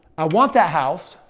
i want that house.